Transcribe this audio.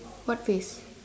what face